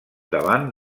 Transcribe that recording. davant